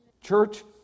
Church